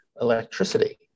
electricity